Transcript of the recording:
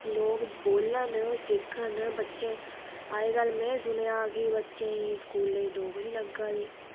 लोग बोलन सिक्खन बच्चे अजकल में सुनेआ कि बच्चेंई स्कूलें च डोगरी लग्गा दी